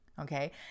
okay